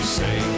say